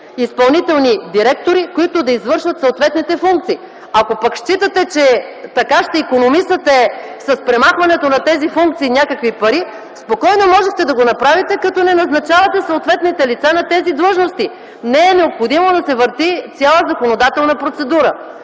заместник-изпълнителни директори, които да извършват съответните функции. Ако пък считате, че така, с премахването на тези функции, ще икономисате някакви пари, спокойно можете да го направите като не назначавате съответните лица на тези длъжности. Не е необходимо да се върти цяла законодателна процедура.